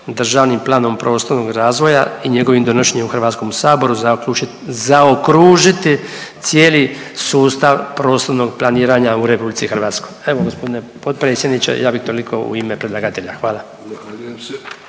državnim planom prostornog razvoja i njegovim donošenjem u HS zaokružiti cijeli sustav prostornog planiranja u RH. Evo g. potpredsjedniče ja bih toliko u ime predlagatelja. Hvala.